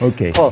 Okay